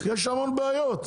יש המון בעיות.